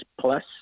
plus